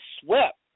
swept